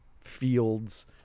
fields